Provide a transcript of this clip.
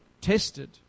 tested